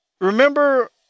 Remember